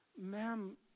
ma'am